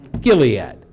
Gilead